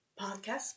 podcast